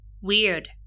weird